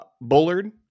Bullard